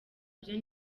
byo